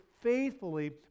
faithfully